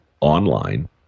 online